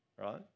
Right